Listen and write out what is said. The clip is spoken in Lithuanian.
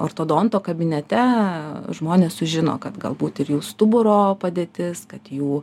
ortodonto kabinete žmonės sužino kad galbūt ir jų stuburo padėtis kad jų